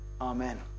Amen